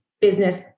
business